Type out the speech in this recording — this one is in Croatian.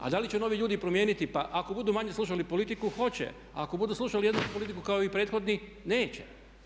A da li će novi ljudi promijeniti, pa ako budu manje slušali politiku hoće a ako budu slušali jednu politiku kao i prethodni neće.